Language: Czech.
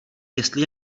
jestli